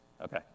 Okay